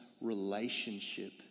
relationship